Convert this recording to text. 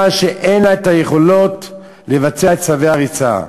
הודיעה שאין לה את היכולות לבצע את צווי הריסה.